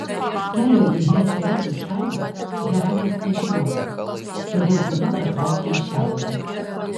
kelio į hesperidžių šalį heraklis nežinojo todėl pirma patraukė į šiaurę